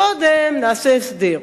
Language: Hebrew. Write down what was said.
קודם נעשה הסדר.